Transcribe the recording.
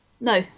No